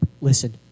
listen